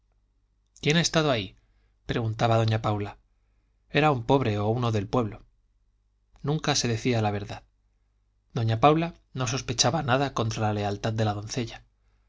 quién ha estado ahí preguntaba doña paula era un pobre o uno del pueblo nunca se decía la verdad doña paula no sospechaba nada contra la lealtad de la doncella